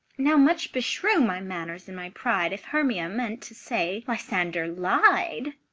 now much beshrew my manners and my pride, if hermia meant to say lysander lied!